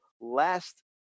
last